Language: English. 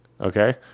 Okay